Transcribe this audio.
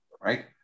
right